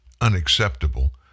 unacceptable